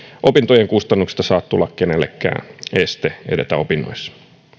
opintojen kustannuksista saa tulla kenellekään este edetä opinnoissa